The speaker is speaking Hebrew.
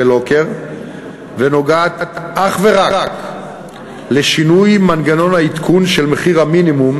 לוקר ונוגעת אך ורק לשינוי מנגנון העדכון של מחיר המינימום